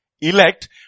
elect